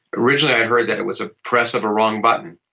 originally i heard that it was a press of a wrong button.